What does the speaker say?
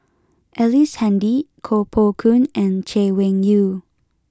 Ellice Handy Koh Poh Koon and Chay Weng Yew